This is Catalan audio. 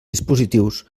dispositius